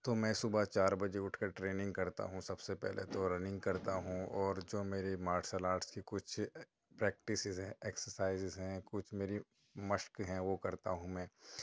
تو میں صبح چار بجے اٹھ کر ٹریننگ کرتا ہوں سب سے پہلے تو رننگ کرتا ہوں اور جو میری مارشل آرٹس کی کچھ پریکٹسز ہیں ایکسرسائزیز ہیں کچھ میری مشق ہیں وہ کرتا ہوں میں